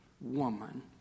woman